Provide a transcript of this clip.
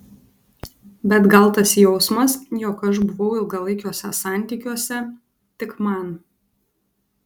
bet gal tas jausmas jog aš buvau ilgalaikiuose santykiuose tik man